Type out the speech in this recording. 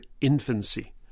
infancy